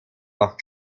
loch